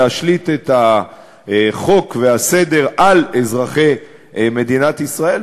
להשליט את החוק והסדר על אזרחי מדינת ישראל,